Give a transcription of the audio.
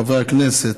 חברי הכנסת,